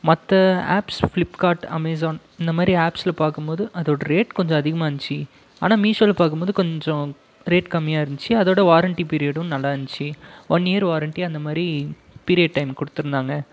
மற்ற apps Flipkart Amazon இந்த மாதிரி ஆப்ஸ்சில் பார்க்கும்போது அதோட ரேட் கொஞ்சம் அதிகமாக இருந்துச்சு ஆனால் மீஷோவில் பார்க்கும்போது கொஞ்சம் ரேட் கம்மியாக இருந்துச்சு அதோட வாரன்டி பீரியடும் நல்லாருந்துச்சு ஒன் இயர் வாரன்ட்டி அந்த மாதிரி பீரியட் டைம் கொடுத்துருந்தாங்க